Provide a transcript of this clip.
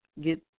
get